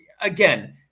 Again